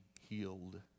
healed